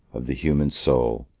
of the human soul,